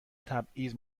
تبعیض